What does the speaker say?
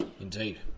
Indeed